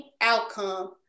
outcome